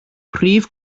prif